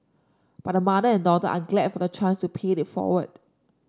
but mother and daughter are glad for the chance to pay it forward